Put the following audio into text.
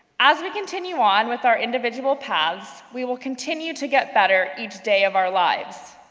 as we continue on with our individual paths, we will continue to get better each day of our lives.